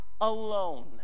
alone